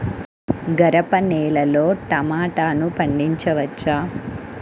గరపనేలలో టమాటా పండించవచ్చా?